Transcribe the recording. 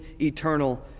eternal